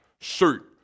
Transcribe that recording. shoot